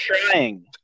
trying